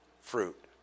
fruit